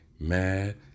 Mad